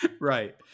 Right